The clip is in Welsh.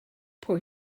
pwy